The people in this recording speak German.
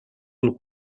und